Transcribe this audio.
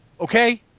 Okay